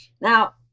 Now